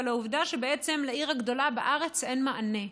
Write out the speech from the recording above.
אלא לעובדה שבעצם לעיר הגדולה בארץ אין מענה,